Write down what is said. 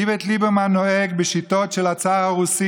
איווט ליברמן נוהג בשיטות של הצאר הרוסי